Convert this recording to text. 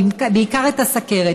בעיקר את הסוכרת,